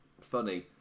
funny